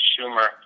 Schumer